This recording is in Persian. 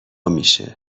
میشه